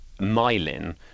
myelin